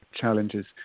challenges